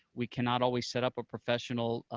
we cannot always set up a professional